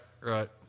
right